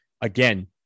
again